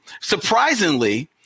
surprisingly